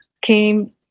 came